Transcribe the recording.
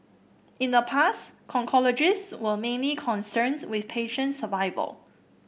in the past oncologist were mainly concerned with patient survival